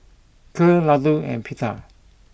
Kheer Ladoo and Pita